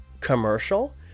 commercial